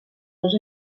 dos